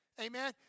Amen